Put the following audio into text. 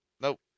nope